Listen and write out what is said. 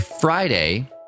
Friday